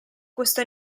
questo